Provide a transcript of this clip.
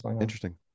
Interesting